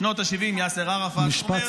בשנות השבעים יאסר ערפאת אומר: